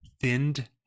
thinned